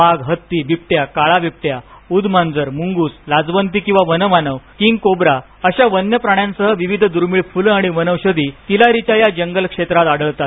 वाघ हत्ती बिबट्या काळा बिबट्या उदमांजर मुंगुस लाजवंती किंवा वनमानव किंग कोब्रा आदी वन्य प्राण्यांसह विविध दूर्मिळ फुल आणि वनौषधी तिलारीच्या या जगल क्षेत्रात आढळतात